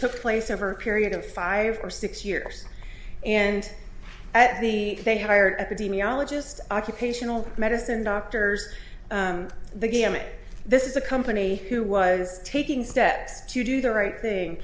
took place over a period of five or six years and at me they hired epidemiologists occupational medicine doctors the gamut this is a company who was taking steps to do the right thing